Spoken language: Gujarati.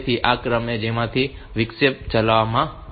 તેથી આ તે ક્રમ છે જેમાં આ વિક્ષેપ ચલાવવામાં આવશે